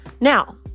Now